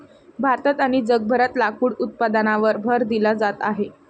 भारतात आणि जगभरात लाकूड उत्पादनावर भर दिला जात आहे